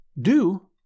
Do